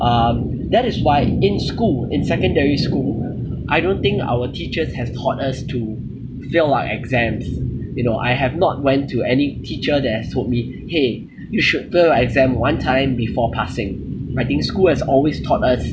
um that is why in school in secondary school I don't think our teachers have taught us to fail our exams you know I have not went to any teacher that has told me !hey! you should fail your exam one time before passing alright I think school has always taught us